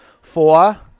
Four